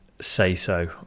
say-so